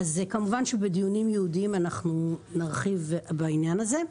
כמובן שבדיונים ייעודיים אנחנו נרחיב בעניין הזה.